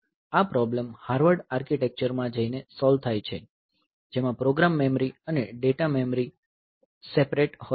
આ problem Harvard architecture માં જઈને સોલ્વ થાય છે જેમાં પ્રોગ્રામ મેમરી અને ડેટા મેમરી સેપરેટ હોય છે